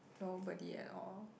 nobody at all